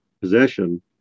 possession